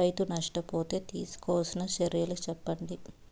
రైతు నష్ట పోతే తీసుకోవాల్సిన చర్యలు సెప్పండి?